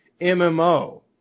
MMO